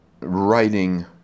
writing